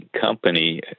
company